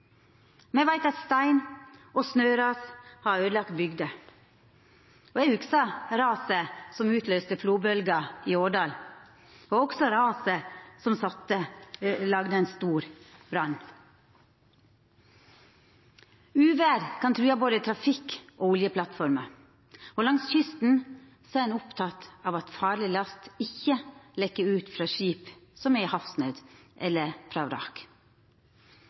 Me veit at stein og snøras har øydelagt bygder. Eg hugsar raset som utløyste flodbølgja i Årdal, og også raset som lagde ein stor brann. Uvêr kan trua både trafikk og oljeplattformer. Langs kysten er ein oppteken av at farleg last ikkje lek ut frå skip som er i havsnaud, eller